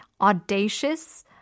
audacious